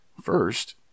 First